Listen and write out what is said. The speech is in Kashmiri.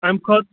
اَمہِ کھۄتہٕ